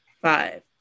Five